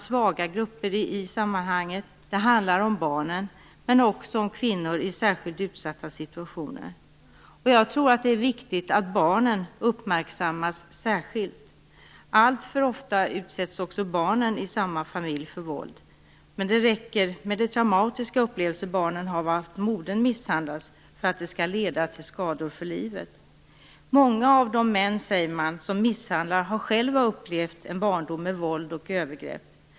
Svaga grupper i sammanhanget lyfts fram. Det handlar då om barnen och om kvinnor i särskilt utsatta situationer. Jag tror att det är viktigt att barnen uppmärksammas särskilt. Alltför ofta utsätts ju också barnen i samma familj för våld. Det räcker med de traumatiska upplevelser som barnen har av att modern misshandlas för att de skall få skador för livet. Många av de män, säger man, som misshandlar har själva upplevt en barndom med våld och övergrepp.